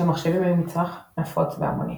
שמחשבים היו מצרך נפוץ והמוני.